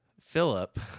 Philip